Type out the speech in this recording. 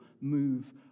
move